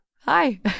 hi